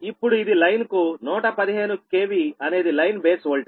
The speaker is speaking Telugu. ఇప్పుడు ఇది లైన్ కు 115 KV అనేది లైన్ బేస్ వోల్టేజ్